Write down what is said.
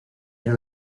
era